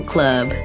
Club